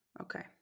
Okay